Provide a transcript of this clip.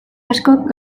askok